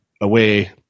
Away